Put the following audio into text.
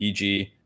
eg